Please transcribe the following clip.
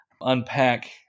unpack